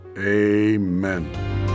amen